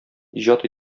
иҗат